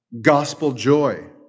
gospel-joy